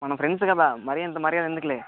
మనం ఫ్రెండ్స్ కదా మరి ఇంత మర్యాద ఎందుకులే